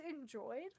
enjoyed